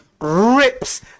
rips